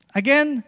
again